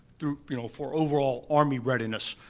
you know for overall army readiness,